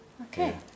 Okay